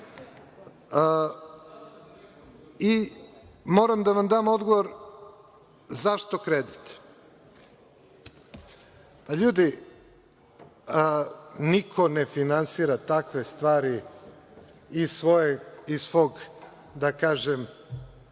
Moram da vam da odgovor zašto kredit. LJudi, niko ne finansira takve stvari iz svog, da kažem,